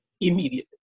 immediately